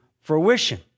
fruition